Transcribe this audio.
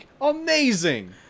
amazing